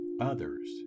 Others